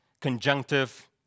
conjunctive